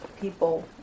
people